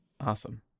Awesome